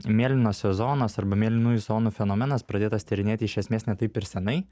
mėlynosios zonos arba mėlynųjų zonų fenomenas pradėtas tyrinėti iš esmės ne taip ir senai